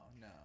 no